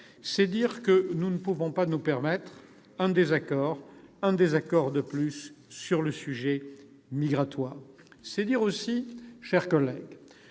C'est dire que nous ne pouvons pas nous permettre un désaccord de plus, sur le sujet migratoire. C'est dire aussi que le